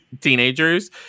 teenagers